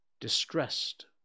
distressed